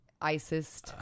Isis